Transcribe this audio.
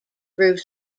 through